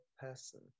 person